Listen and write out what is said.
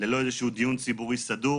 ללא איזשהו דיון ציבורי סדור.